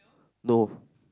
no